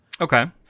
Okay